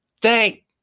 thank